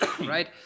Right